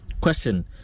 question